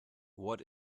what